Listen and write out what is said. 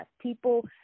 people –